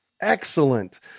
Excellent